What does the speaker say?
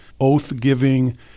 oath-giving